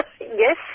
Yes